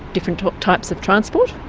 different types of transport,